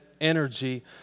energy